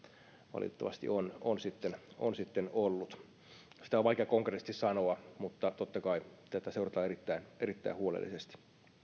valitettavasti on ollut sitä on vaikea konkreettisesti sanoa mutta totta kai tätä seurataan erittäin erittäin huolellisesti